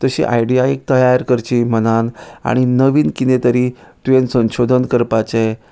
तशी आयडिया एक तयार करची मनांत आनी नवीन कितें तरी तुवेन संशोधन करपाचें